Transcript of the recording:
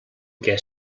què